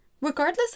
regardless